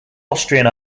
austrian